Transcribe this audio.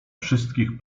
wszystkich